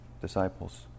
disciples